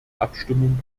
abstimmung